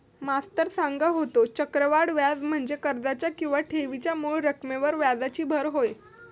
मास्तर सांगा होतो, चक्रवाढ व्याज म्हणजे कर्जाच्या किंवा ठेवीच्या मूळ रकमेवर व्याजाची भर होय